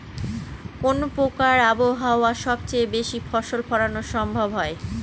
কোন প্রকার আবহাওয়ায় সবচেয়ে বেশি ফসল ফলানো সম্ভব হয়?